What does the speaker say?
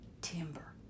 timber